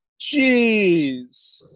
Jeez